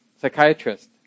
psychiatrist